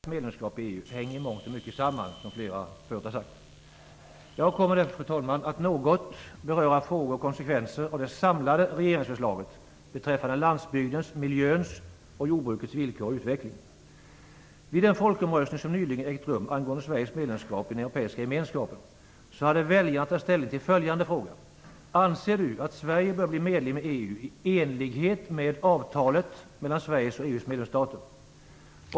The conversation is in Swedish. Fru talman! Onsdagens debatt här i kammaren om bl.a. jordbruksfrågor i anslutning till betänkandet om Sveriges medlemskap i EU och dagens debatt om vissa livsmedelspolitiska åtgärder vid ett medlemskap i EU hänger i mångt och mycket samman, vilket flera förut har sagt. Jag kommer därför, fru talman, att något beröra frågor om och konsekvenser av det samlade regeringsförslaget beträffande landsbygdens, miljöns och jordbrukets villkor och utveckling. Vid den folkomröstning som nyligen ägt rum angående Sveriges medlemskap i den europeiska gemenskapen hade väljarna att ta ställning till följande fråga: Anser du att Sverige bör bli medlem i EU i enlighet med avtalet mellan Sverige och EU:s medlemsstater?